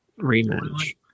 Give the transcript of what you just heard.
rematch